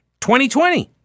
2020